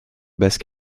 basket